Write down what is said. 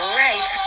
right